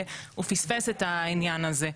והוא פספס את העניין הזה.